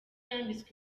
yambitswe